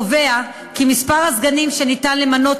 וכהונתם) קובע כי מספר הסגנים שניתן למנות